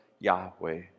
Yahweh